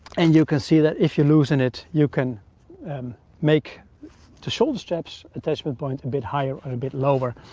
and you can see that if you loosen it, you can um make the shoulder straps attachment point a bit higher or a bit lower,